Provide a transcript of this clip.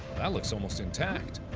that looks almost intact